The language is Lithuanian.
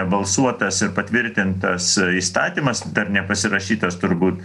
balsuotas ir patvirtintas įstatymas dar nepasirašytas turbūt